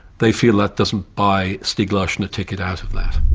they feel that doesn't buy stieg larsson a ticket out of that.